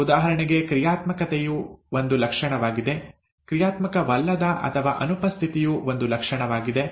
ಉದಾಹರಣೆಗೆ ಕ್ರಿಯಾತ್ಮಕತೆಯು ಒಂದು ಲಕ್ಷಣವಾಗಿದೆ ಕ್ರಿಯಾತ್ಮಕವಲ್ಲದ ಅಥವಾ ಅನುಪಸ್ಥಿತಿಯು ಒಂದು ಲಕ್ಷಣವಾಗಿದೆ